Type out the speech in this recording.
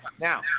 Now